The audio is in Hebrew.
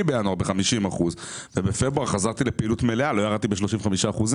בינואר ב-50% ובפברואר חזרתי לפעילות מלאה לא ירדתי ל-35%.